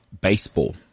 baseball